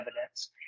evidence